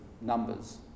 numbers